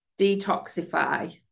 detoxify